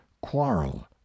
quarrel